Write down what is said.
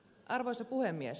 arvoisa puhemies